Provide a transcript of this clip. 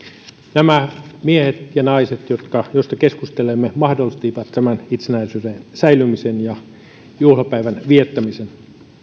nämä miehet ja naiset joista keskustelemme mahdollistivat itsenäisyyden säilymisen ja juhlapäivän viettämisen